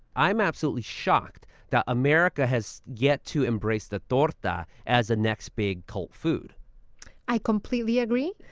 i'm absolutely shocked that america has yet to embrace the torta as the next big cult food i completely agree.